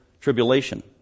tribulation